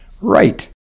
Right